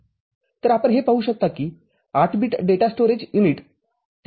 तर आपण हे पाहू शकता की ८ बिट डेटा स्टोरेज युनिट